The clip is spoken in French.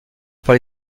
par